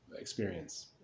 experience